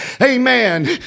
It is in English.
Amen